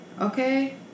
okay